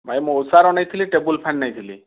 ଭାଇ ମୁଁ ଉଷାର ନେଇଥିଲି ଟେବୁଲ୍ ଫ୍ୟାନ୍ ନେଇଥିଲି